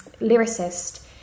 lyricist